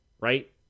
right